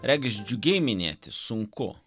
regis džiugiai minėti sunku